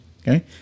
Okay